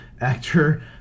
actor